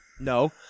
No